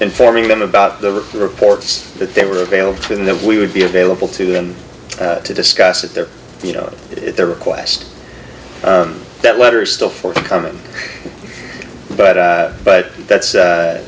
informing them about the reports that they were available to them that we would be available to them to discuss it there you know their request that letters still forthcoming but but that's